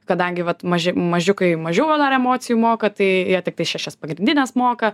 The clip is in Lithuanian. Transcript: kadangi vat maži mažiukai mažiau dar emocijų moka tai jie tiktai šešias pagrindines moka